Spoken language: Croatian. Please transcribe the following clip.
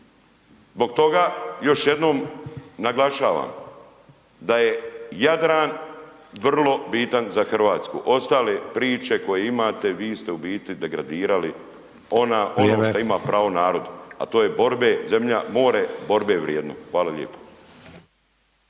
Zbog toga još jednom naglašavam da je Jadran vrlo bitan za Hrvatsku, ostale priče koje imate, vi ste u biti degradili ono što ima pravo narod a to je borbe zemlje, more, borbe vrijedno. Hvala lijepo.